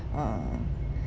uh